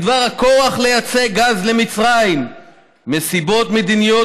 בדבר הכורח לייצא גז למצרים מסיבות מדיניות,